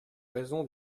raison